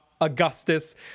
augustus